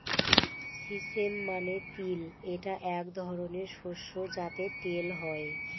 sesame মানে তিল এটা এক ধরনের শস্য যাতে তেল হয়